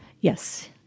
Yes